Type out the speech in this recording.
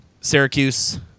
Syracuse